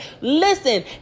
listen